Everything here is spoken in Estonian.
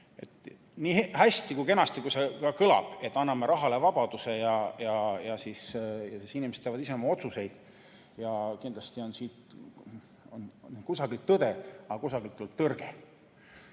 Nii hästi ja kenasti, kui see ka ei kõla, et anname rahale vabaduse ja siis inimesed teevad ise oma otsuseid – kindlasti on siin kusagil tõde, aga kusagil tuleb